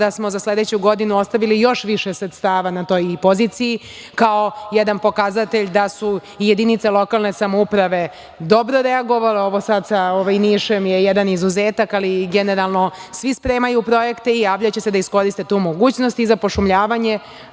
da smo za sledeću godinu ostavili još više sredstava na toj poziciji kao jedan pokazatelj da su jedinice lokalne samouprave dobro reagovale. Ovo sa Nišom, je jedan izuzetak, ali generalno, svi spremaju projekte i javljaće se da iskoriste tu mogućnosti. Za pošumljavanje,